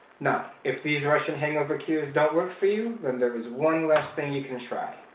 now if these russian hangover cures don't work for you then there is one less thing you can try.